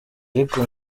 ariko